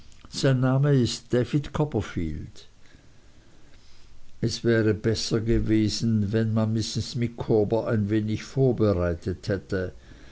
sein name ist copperfield es wäre besser gewesen wenn man mrs micawber ein wenig vorbereitet hätte